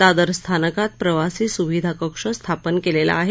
दादर स्थानकात प्रवासी सुविधा कक्ष स्थापन केलेला आहे